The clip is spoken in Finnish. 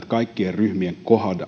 kaikkien ryhmien